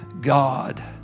God